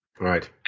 Right